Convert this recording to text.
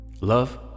Love